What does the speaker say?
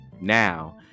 Now